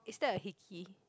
it that a hickey